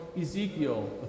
Ezekiel